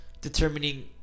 determining